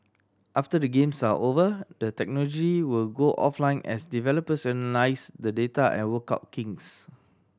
after the Games are over the technology will go offline as developers analyse the data and work out kinks